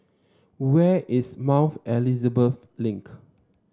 where is Mount Elizabeth Link